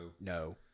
No